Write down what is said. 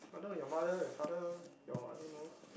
or not your mother your father your I don't know